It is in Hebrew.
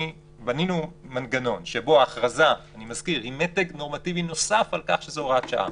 בנינו מנגנון שבו ההכרזה היא מתג נורמטיבי נוסף על כך שזאת הוראת שעה.